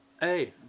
hey